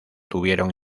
tuvieron